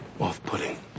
off-putting